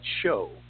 show